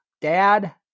Dad